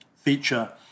feature